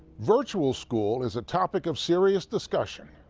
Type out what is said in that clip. vir tufl school is a topic of serious discussion.